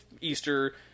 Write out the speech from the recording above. Easter